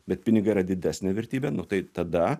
bet pinigai yra didesnė vertybė tai tada